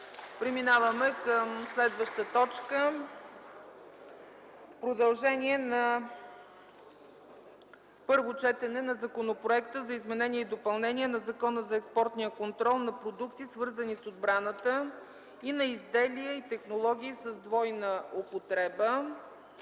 да влязат в залата. Подлагам на първо гласуване Законопроект за изменение и допълнение на Закона за експортния контрол на продукти, свързани с отбраната, и на изделия и технологии с двойна употреба.